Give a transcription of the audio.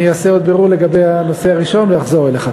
אני אעשה עוד בירור לגבי הנושא הראשון ואחזור אליך.